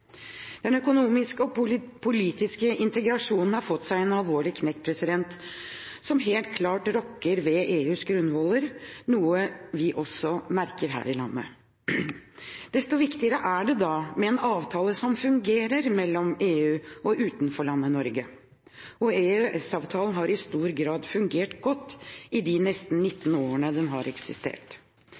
Den økonomiske og politiske integrasjonen har fått seg en alvorlig knekk som helt klart rokker ved EUs grunnvoller, noe vi også merker her i landet. Desto viktigere er det da med en avtale som fungerer mellom EU og utenforlandet Norge. EØS-avtalen har i stor grad fungert godt i de nesten 19 årene den har eksistert.